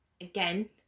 again